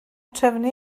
trefnu